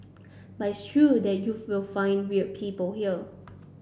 but it's true that you will find weird people here